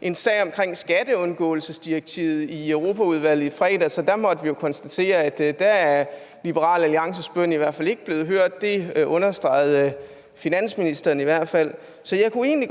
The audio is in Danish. en sag om skatteundgåelsesdirektivet i Europaudvalget i fredags, og der måtte vi konstatere, at Liberal Alliances bøn i hvert fald ikke er blevet hørt. Det understregede finansministeren i hvert fald. Så jeg kunne egentlig